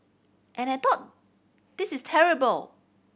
and I thought this is terrible